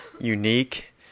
unique